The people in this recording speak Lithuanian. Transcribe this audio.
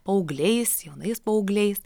paaugliais jaunais paaugliais